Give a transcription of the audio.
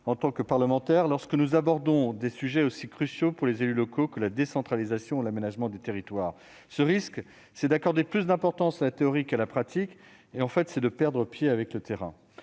en tant que parlementaires lorsque nous abordons des sujets aussi cruciaux pour les élus locaux que la décentralisation et l'aménagement du territoire : accorder plus d'importance à la théorie qu'à la pratique, en fait perdre pied avec le terrain.